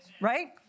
right